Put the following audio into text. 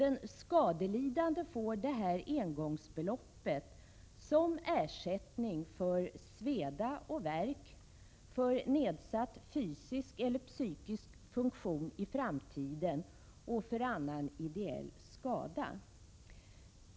Den skadelidande får detta engångsbelopp som ersättning för sveda och värk, för nedsatt fysisk eller psykisk funktion i framtiden och för annan ideell skada.